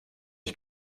ich